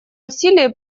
усилия